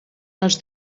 als